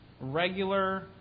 regular